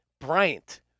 Bryant